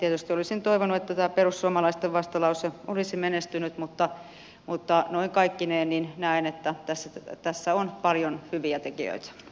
tietysti olisin toivonut että perussuomalaisten vastalause olisi menestynyt mutta noin kaikkineen näen että tässä on paljon hyviä tekijöitä